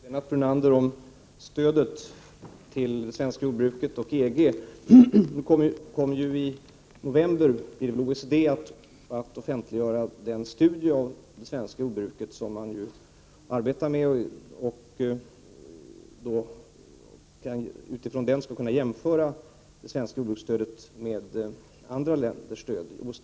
Fru talman! Först vill jag säga följande till Lennart Brunander om stödet till det svenska jordbruket och anpassningen till EG. OECD kommer i november att offentliggöra den studie av det svenska jordbruket som organisationen nu arbetar med. Utifrån den kan vi jämföra stödet till det svenska jordbruket med stödet till andra länders jordbruk.